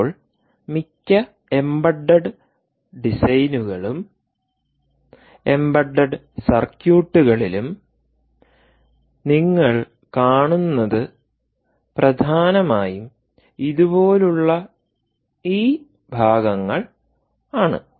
ഇപ്പോൾ മിക്ക എംബഡഡ് ഡിസൈനുകളും എംബഡഡ് സർക്യൂട്ടുകളിലും നിങ്ങൾ കാണുന്നത് പ്രധാനമായും ഇതുപോലുള്ള ഈ ഭാഗങ്ങൾ ആണ്